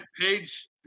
page